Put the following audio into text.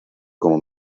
como